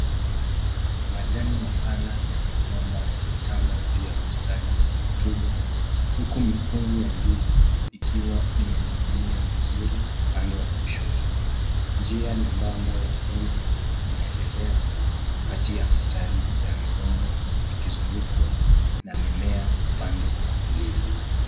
Majani mapana ya migomba yanatanda juu ya bustani yenye rotuba huku mikungu ya ndizi ikiwa imening'inia vizuri upande wa kushoto, njia nyembamba ya udongo inaendelea kati ya mistari ya migomba ikizungukwa na mimea upande wa kulia.